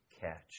catch